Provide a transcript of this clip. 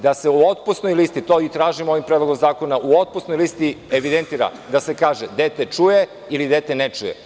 Da se u otpusnoj listi, a to i tražim ovim predlogom zakona, da se u otpusnoj listi evidentira i da se kaže, dete čuje ili dete ne čuje.